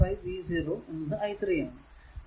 5 v 0 i 3 ആണ്